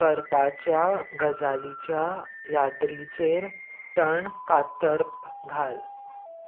करपाच्या गजालीच्या यादरीचेर टण कातर घाल